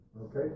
Okay